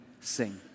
sing